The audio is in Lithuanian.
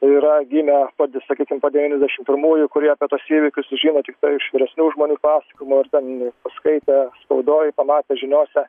yra gimę po di sakykim po devyniasdešim pirmųjų kurie apie tuos įvykius sužino tik iš vyresnių žmonių pasakojimų ar ten paskaitę spaudoj pamatę žiniose